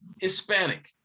Hispanic